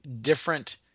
different